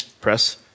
press